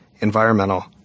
environmental